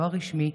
לא הרשמי,